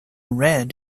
red